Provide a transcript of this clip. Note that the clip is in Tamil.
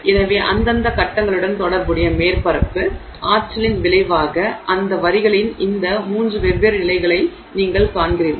எனவே அந்தந்த கட்டங்களுடன் தொடர்புடைய மேற்பரப்பு ஆற்றலின் விளைவாக இந்த வரிகளின் இந்த மூன்று வெவ்வேறு நிலைகளை நீங்கள் காண்கிறீர்கள்